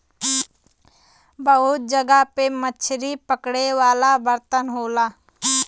बहुत जगह पे मछरी पकड़े वाला बर्तन होला